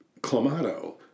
Clamato